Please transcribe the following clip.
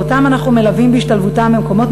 ואנחנו מלווים אותם בהשתלבותם במקומות